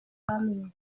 hamwe